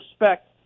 respect